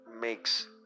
makes